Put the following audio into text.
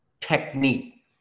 technique